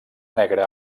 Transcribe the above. negra